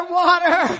water